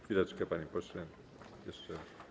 Chwileczkę, panie pośle, jeszcze.